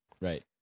right